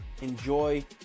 enjoy